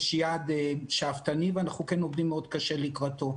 יש יעד שאפתני ואנחנו כן עובדים מאוד קשה לקראתו.